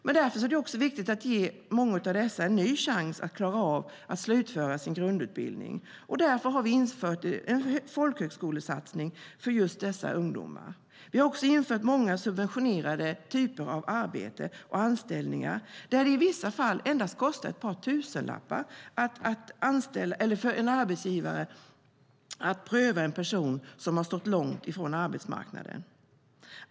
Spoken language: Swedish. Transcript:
Det är viktigt att ge många av dessa en ny chans att klara av att slutföra sin grundutbildning, och vi har därför infört en folkhögskolesatsning för just dessa ungdomar. Vi har också infört många typer av subventionerade arbeten och anställningar där det i vissa fall endast kostar ett par tusenlappar för arbetsgivaren att pröva en person som stått långt från arbetsmarknaden.